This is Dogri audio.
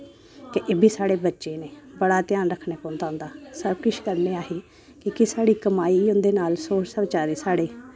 ते इब्भी साढ़े बच्चे न बड़ा ध्यान रक्खना पौंदा उंदा सब किश करने आं अस की के साढ़ी कमाई उंदे नाल सोर्स न साढ़े